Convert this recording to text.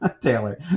Taylor